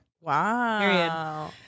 Wow